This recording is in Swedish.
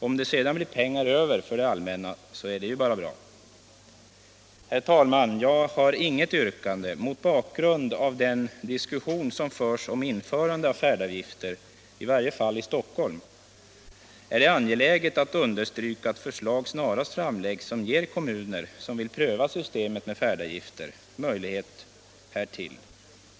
Om det sedan blir pengar över för det allmänna, så är det ju bara bra. Herr talman! Jag har inget yrkande. Mot bakgrund av den diskussion som förs om införande av färdavgifter, i varje fall i Stockholm, är det angeläget att understryka att förslag snarast bör framläggas som ger kommuner som vill pröva systemet med färdavgifter möjlighet härtill.